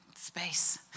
space